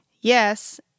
Yes